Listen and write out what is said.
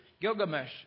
Gilgamesh